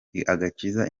igakiza